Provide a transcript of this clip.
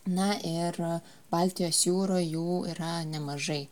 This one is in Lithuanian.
na ir baltijos jūroj jų yra nemažai